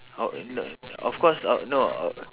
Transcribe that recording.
of of course of no